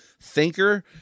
thinker